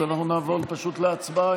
אז אנחנו פשוט נעבור להצבעה,